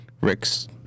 Rick's